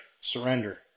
surrender